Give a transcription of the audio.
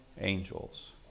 angels